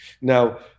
Now